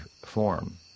form